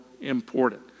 important